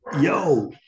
Yo